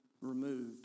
removed